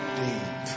deep